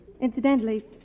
Incidentally